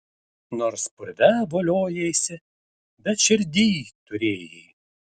nors purve voliojaisi bet širdyj turėjai